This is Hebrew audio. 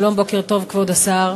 שלום, בוקר טוב, כבוד השר,